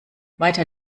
weiter